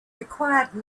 required